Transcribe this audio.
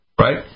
right